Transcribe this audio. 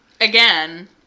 Again